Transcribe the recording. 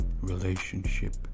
relationship